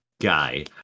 guy